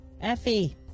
Effie